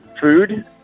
food